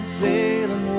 sailing